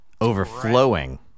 overflowing